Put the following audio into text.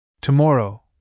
Tomorrow